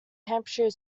hampshire